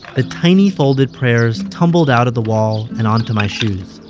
ah tiny folded prayers tumbled out of the wall and onto my shoes.